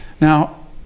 Now